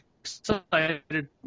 excited